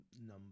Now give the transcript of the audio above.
number